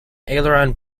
aileron